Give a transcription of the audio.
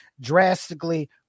drastically